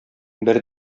бер